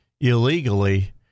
illegally